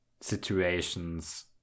situations